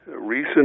Recent